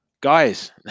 guys